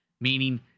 meaning